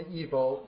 evil